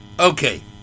Okay